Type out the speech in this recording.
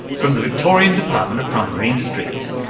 from the victorian department of primary industries,